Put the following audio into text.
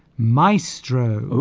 maestro